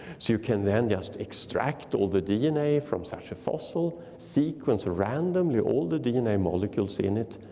so you can then just extract all the dna from such a fossil, sequence randomly all the dna molecules in it,